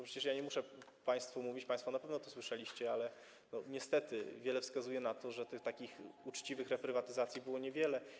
Przecież nie muszę państwu mówić, państwo na pewno to słyszeliście, że niestety wiele wskazuje na to, że takich uczciwych reprywatyzacji było niewiele.